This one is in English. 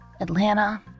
Atlanta